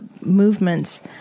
movements